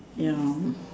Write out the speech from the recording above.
ya